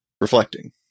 reflecting